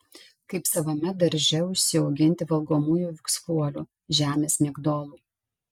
kaip savame darže užsiauginti valgomųjų viksvuolių žemės migdolų